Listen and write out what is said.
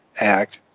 act